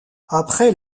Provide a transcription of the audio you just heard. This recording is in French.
après